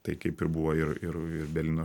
tai kaip ir buvo ir ir berlyno